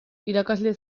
irakasle